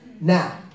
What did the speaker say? Now